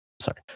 Sorry